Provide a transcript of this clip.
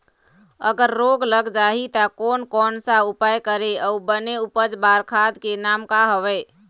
अगर रोग लग जाही ता कोन कौन सा उपाय करें अउ बने उपज बार खाद के नाम का हवे?